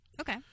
okay